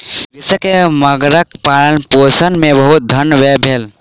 कृषक के मगरक पालनपोषण मे बहुत धन व्यय भेल